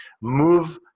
move